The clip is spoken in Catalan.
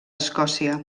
escòcia